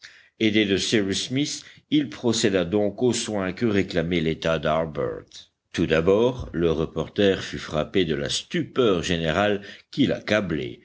de cyrus smith il procéda donc aux soins que réclamait l'état d'harbert tout d'abord le reporter fut frappé de la stupeur générale qui